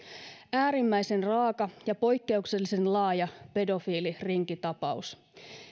äärimmäisen raaka ja poikkeuksellisen laaja pedofiilirinkitapaus